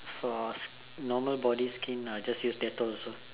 for normal body skin I will just use Dettol also